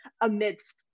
amidst